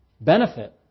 benefit